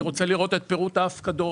אני רוצה לראות את פירוט ההפקדות,